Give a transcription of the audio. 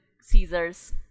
Caesar's